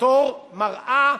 מראה,